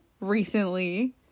recently